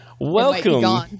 Welcome